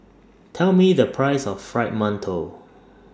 Tell Me The Price of Fried mantou